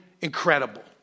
incredible